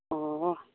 ꯑꯣ